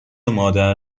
مادر